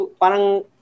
parang